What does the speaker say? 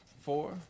four